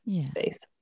space